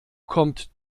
kommt